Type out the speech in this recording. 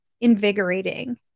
invigorating